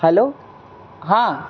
hello હાં